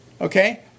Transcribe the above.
Okay